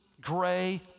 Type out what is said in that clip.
gray